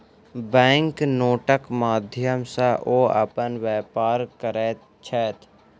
bank नोटक माध्यम सॅ ओ अपन व्यापार करैत छैथ